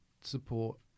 support